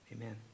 Amen